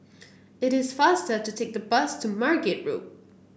it is faster to take the bus to Margate Road